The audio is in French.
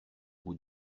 bout